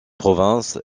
province